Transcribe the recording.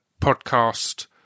podcast